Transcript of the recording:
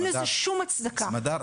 אין לזה שום הצדקה.